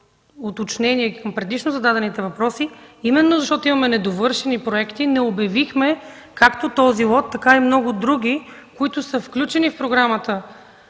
уточнение към предишно зададените въпроси, именно защото имаме недовършени проекти, не обявихме както този лот, така и много други, които са включени в програмата